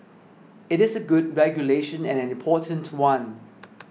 it is a good regulation and an important one